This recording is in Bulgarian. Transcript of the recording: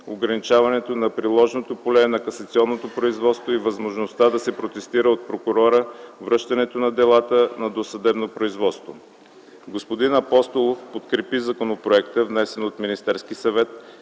ограничаване на приложното поле на касационното производство и възможността да се протестира от прокурора връщането на делата на досъдебното производство. Господин Апостолов подкрепи законопроекта, внесен от Министерския съвет,